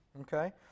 Okay